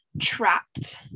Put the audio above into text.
trapped